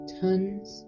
tons